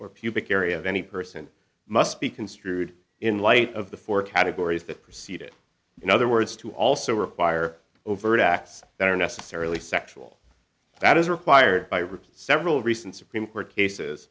or pubic area of any person must be construed in light of the four categories that persist in other words to also require overt acts that are necessarily sexual that is required by repeat several recent supreme court cases